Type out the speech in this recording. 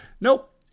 Nope